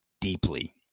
deeply